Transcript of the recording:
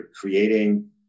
creating